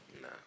Nah